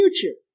future